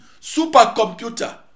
supercomputer